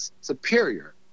superior